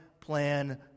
plan